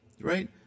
right